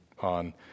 on